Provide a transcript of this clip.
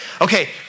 Okay